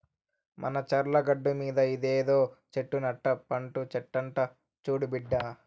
మన చర్ల గట్టుమీద ఇదేదో చెట్టు నట్ట పండు చెట్లంట చూడు బిడ్డా